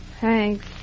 Thanks